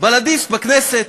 בל"דיסט בכנסת.